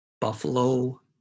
Buffalo